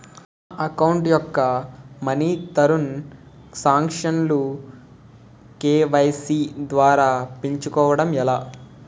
నా అకౌంట్ యెక్క money transaction లు కే.వై.సీ ద్వారా పెంచుకోవడం ఎలా?